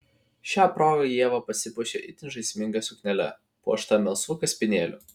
šia proga ieva pasipuošė itin žaisminga suknele puošta melsvu kaspinėliu